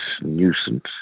nuisance